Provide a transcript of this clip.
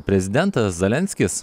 prezidentas zelenskis